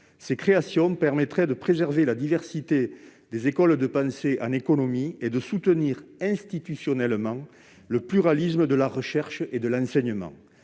sens. Voilà qui permettrait de préserver la diversité des écoles de pensée en économie et de soutenir institutionnellement le pluralisme de la recherche et de l'enseignement.